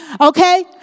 Okay